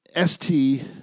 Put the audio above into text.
St